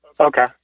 Okay